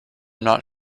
not